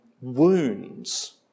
wounds